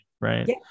right